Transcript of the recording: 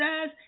says